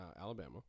Alabama